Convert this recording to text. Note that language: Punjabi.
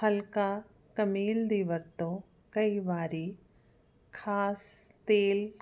ਹਲਕਾ ਕਮੀਲ ਦੀ ਵਰਤੋਂ ਕਈ ਵਾਰੀ ਖਾਸ ਤੇਲ